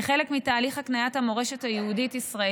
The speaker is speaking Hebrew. כחלק מתהליך הקניית המורשת היהודית-ישראלית